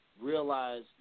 realize